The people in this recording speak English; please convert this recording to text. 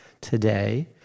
today